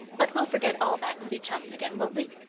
but we'll forget all that and be chums again, won't we?